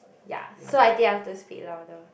ya so I think I have to speak louder